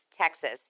Texas